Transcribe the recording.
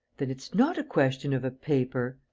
then it's not a question of a paper?